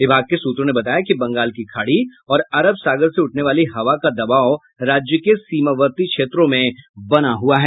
विभाग के सूत्रों ने बताया कि बंगाल की खाड़ी और अरब सागर से उठने वाली हवा का दबाव राज्य के सीमावर्ती क्षेत्रों में बना हुआ है